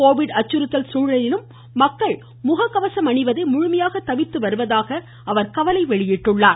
Covid அச்சுறுத்தல் சூழலிலும் மக்கள் முக கவசம் அணிவதை முழுமையாக தவிர்த்து வருவதாக அவர் கவலை தெரிவித்தார்